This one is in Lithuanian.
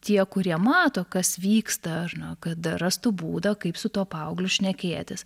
tie kurie mato kas vyksta ar ne kad rastų būdą kaip su tuo paaugliu šnekėtis